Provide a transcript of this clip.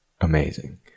amazing